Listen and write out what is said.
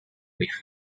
with